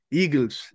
eagles